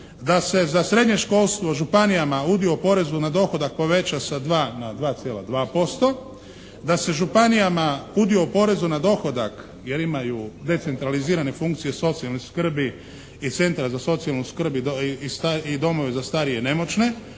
da se za srednje školstvo županijama udio porezu na dohodak poveća sa 2 na 2,2%, da se županijama udio porezu na dohodak jer imaju decentralizirane funkcije socijalne skrbi i centra za socijalnu skrbi i domove za starije i nemoćne